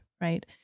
right